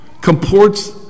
comports